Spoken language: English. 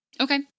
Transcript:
okay